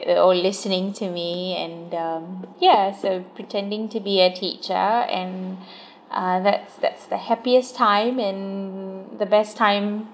they're all listening to me and um yeah so pretending to be a teacher and uh that's that's the happiest time and the best time